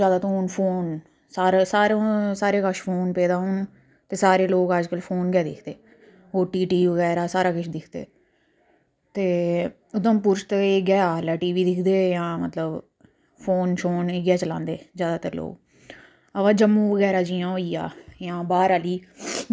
ढोल बजांदे रौहंदे मतलब बंदे आंदे दे होंदे ओह् ढोल बजांदे ते कन्नै पूरी रात सौंदे निं हैन त्रै बजे उट्ठियै इत्थुआं कोई पंज किलोमीटर दूर जंदे न होर जाड़ै दा आह्नदे लकड़ियां लकड़ियां आह्नियै जाड़ा